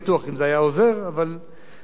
אבל זה שלא שיתפנו פעולה,